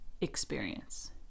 experience